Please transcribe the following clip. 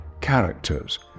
characters